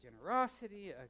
generosity